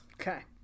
Okay